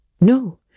No